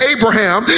Abraham